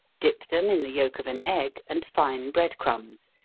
dip them in the yelk of an egg, and fine bread crumbs,